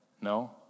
No